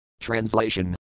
Translation